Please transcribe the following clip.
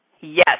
Yes